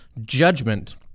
judgment